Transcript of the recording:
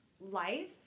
life